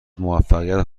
موفقیت